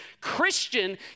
Christian